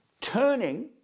turning